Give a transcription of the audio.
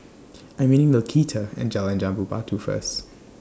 I'm meeting Laquita At Jalan Jambu Batu First